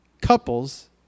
couples